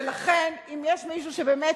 ולכן, אם יש מישהו שבאמת,